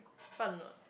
fun or not